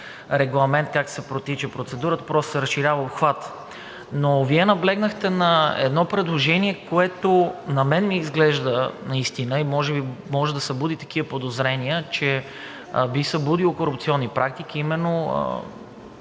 регламент – как протича процедурата, просто се разширява обхватът. Но Вие наблегнахте на едно предложение, което на мен ми изглежда наистина, и може би може да събуди такива подозрения, че би събудило корупционни практики – именно